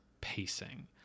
pacing